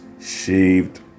shaved